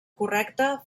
correcte